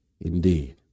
indeed